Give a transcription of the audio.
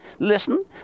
Listen